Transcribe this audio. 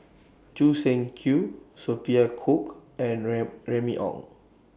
Choo Seng Quee Sophia Cooke and Remy Ong